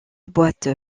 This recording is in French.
boîte